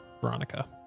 Veronica